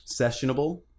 sessionable